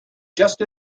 just